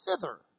thither